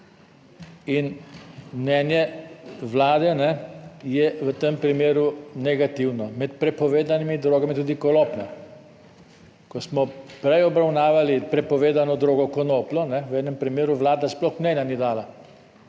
In mnenje Vlade je v tem primeru negativno. Med prepovedanimi drogami je tudi konoplja. Ko smo prej obravnavali prepovedano drogo konopljo, v enem primeru vlada sploh mnenja ni dala